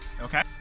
Okay